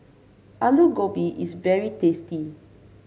Alu Gobi is very tasty